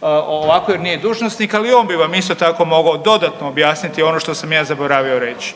ovako jer nije dužnosnik, ali i on bi vam isto tako mogao dodatno objasniti ono što sam ja zaboravio reći.